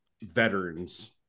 veterans